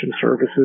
services